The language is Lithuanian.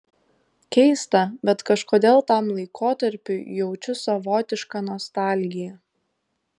keista bet kažkodėl tam laikotarpiui jaučiu savotišką nostalgiją